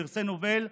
פרסי נובל,